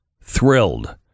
thrilled